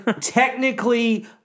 technically